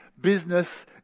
business